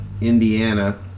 Indiana